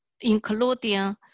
including